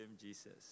Jesus